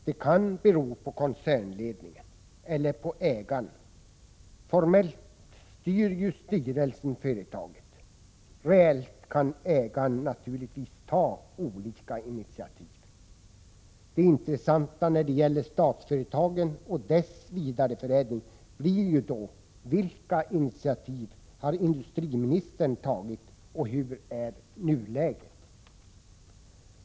Det kan bero på koncernledningen eller ägaren. Formellt styr ju styrelsen företaget. Reellt kan ägaren naturligtvis ta olika initiativ. Det intressanta när det gäller Statsföretag och dess vidareförädling blir ju följande: Vilka initiativ har industriministern tagit, och hur är nuläget?